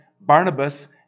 Barnabas